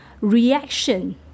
reaction